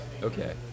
Okay